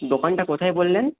দোকানটা কোথায় বললেন